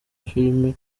filime